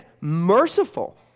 merciful